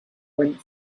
went